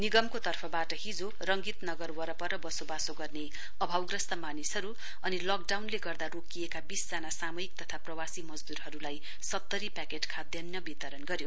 निगमको तर्फबाट हिजो रंगीत नगर वरपर वसोवासो गर्ने अभावग्रस्त मानिसहरू अनि लकडाउनले गर्दा रोकिएका वीसजना सामयिक तथा प्रवासी मजदूरहरूलाई सत्तरी प्याकेट खाद्यान्न वितरण गर्यो